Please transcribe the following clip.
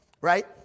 right